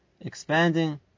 expanding